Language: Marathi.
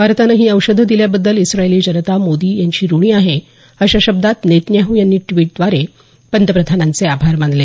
भारतानं ही औषधं दिल्याबद्दल इस्रायली जनता मोदी यांची ऋणी आहे अशा शब्दात नेतन्याहू यांनी द्वीट द्वारे पंतप्रधानांचे आभार मानले